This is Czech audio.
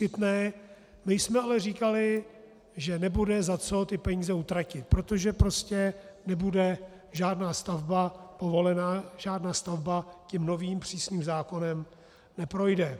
My jsme ale říkali, že nebude za co ty peníze utratit, protože prostě nebude žádná stavba povolena, žádná stavba tím novým přísným zákonem neprojde.